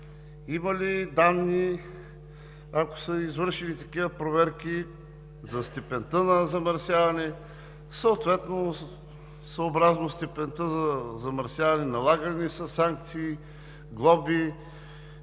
Има ли данни, ако са извършени такива проверки, за степента на замърсяване? Съответно, съобразно степента за замърсяване налагани ли са санкции, глоби?